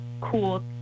cool